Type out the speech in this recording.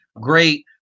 great